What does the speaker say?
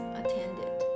attended